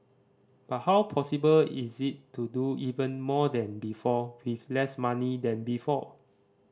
but how possible is it to do even more than before with less money than before